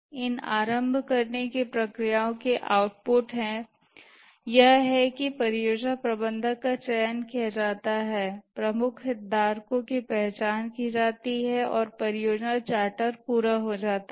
इन आरंभ करने की प्रक्रियाओं के आउटपुट हैं यह है कि परियोजना प्रबंधक का चयन किया जाता है प्रमुख हितधारकों की पहचान की जाती है और परियोजना चार्टर पूरा हो जाता है